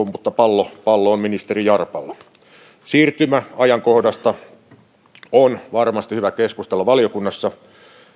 mutta pallo pallo on ministeri jarpalla siirtymäajankohdasta on varmasti hyvä keskustella valiokunnassa